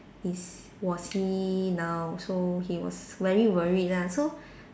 he's was he now so he was very worried lah so